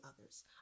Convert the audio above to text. others